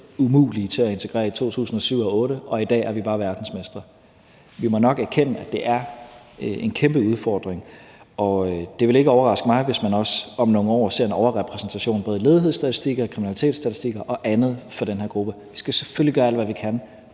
umulige til at integrere i 2007 eller 2008, og at vi i dag bare er verdensmestre. Vi må nok erkende, at det er en kæmpe udfordring. Det ville ikke overraske mig, hvis man også om nogle år ser en overrepræsentation både i ledighedsstatistikker, kriminalitetsstatistikker og andet for den her gruppe. Vi skal selvfølgelig gøre alt, hvad vi kan,